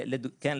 כן,